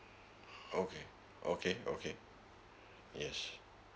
okay okay okay yes